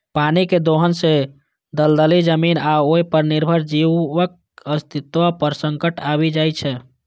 पानिक दोहन सं दलदली जमीन आ ओय पर निर्भर जीवक अस्तित्व पर संकट आबि जाइ छै